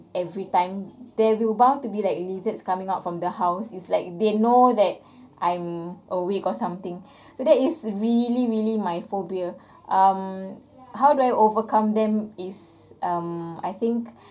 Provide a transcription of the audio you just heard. every time there will bound to be like lizards coming out from the house is like they know that I'm awake or something so that is really really my phobia um how do I overcome them is um I think